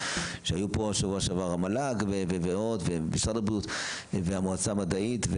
שהיו פה שבוע שעבר המל"ג ועוד ומשרד הבריאות והמועצה המדעית,